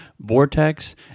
vortex